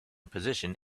position